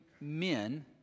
men